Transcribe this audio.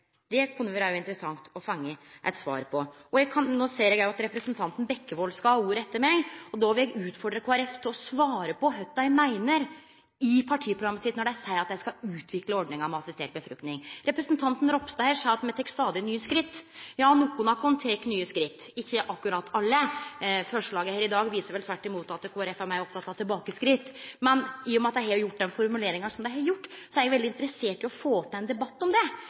Det kunne det vere interessant å få eit svar på. Eg ser at representanten Bekkevold skal ha ordet etter meg. Då vil eg utfordre Kristeleg Folkeparti til å svare på kva dei meiner når dei i partiprogrammet sitt seier at dei skal utvikle ordninga med assistert befruktning. Representanten Ropstad sa her at me tek stadig nye skritt. Ja, nokre av oss tek nye skritt – ikkje akkurat alle. Forslaget her i dag viser vel tvert imot at Kristeleg Folkeparti er meir oppteke av tilbakeskritt. Men i og med at dei har den formuleringa som dei har, er eg veldig interessert i å få ein debatt om dette. Eg vil gjerne møte Kristeleg Folkeparti når det